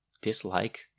dislike